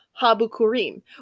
Habukurim